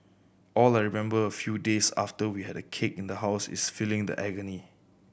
all I remember a few days after we had a cake in the house is feeling the agony